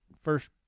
first